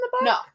No